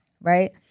right